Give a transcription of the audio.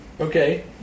Okay